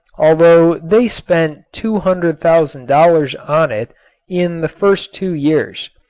although they spent two hundred thousand dollars on it in the first two years.